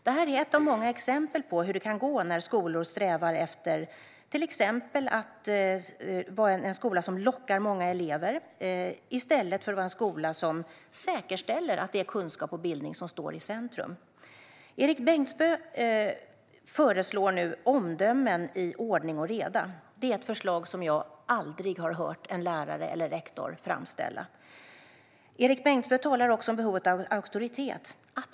Detta är ett av många exempel på hur det kan gå när skolor strävar efter att till exempel vara en skola som lockar många elever i stället för att vara en skola som säkerställer att det är kunskap och bildning som står i centrum. Erik Bengtzboe föreslår nu omdömen i ordning och reda. Det är ett förslag som jag aldrig har hört en lärare eller rektor framställa. Erik Bengtzboe talar också om behovet av auktoritet.